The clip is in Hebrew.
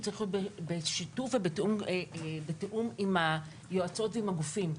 הוא צריך להיות בשיתוף ובתיאום עם היועצות ועם הגופים.